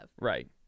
Right